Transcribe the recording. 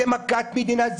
זו מכת מדינה.